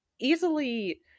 easily